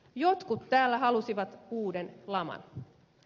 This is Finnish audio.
jotkut täällä halusivat uuden laman